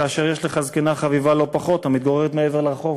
כאשר יש לך זקנה חביבה לא פחות המתגוררת מעבר לרחוב?"